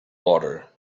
water